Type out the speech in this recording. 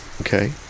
Okay